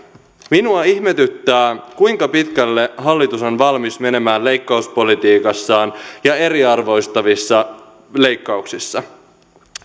minua ihmetyttää kuinka pitkälle hallitus on valmis menemään leikkauspolitiikassaan ja eriarvoistavissa leikkauksissa